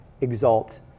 exalt